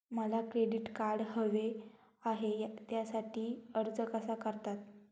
मला credit card हवे आहे त्यासाठी अर्ज कसा करतात?